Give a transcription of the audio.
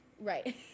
right